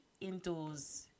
indoors